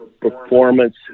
performance